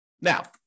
Now